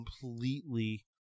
completely